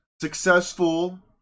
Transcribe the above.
successful